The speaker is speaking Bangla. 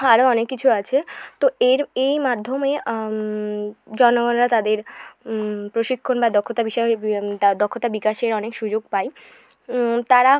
আরও অনেক কিছু আছে তো এর এই মাধ্যমে জনগণরা তাদের প্রশিক্ষণ বা দক্ষতা বিষয়ে তা দক্ষতা বিকাশের অনেক সুযোগ পায় তারা